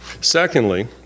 Secondly